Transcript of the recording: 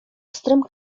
pstrym